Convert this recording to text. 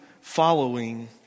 following